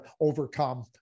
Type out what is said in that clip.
overcome